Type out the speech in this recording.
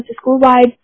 school-wide